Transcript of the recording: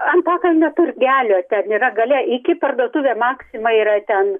antakalnio turgelio ten yra gale iki parduotuvė maxima yra ten